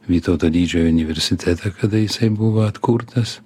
vytauto didžiojo universitetą kada jisai buvo atkurtas